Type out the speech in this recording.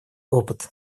опыт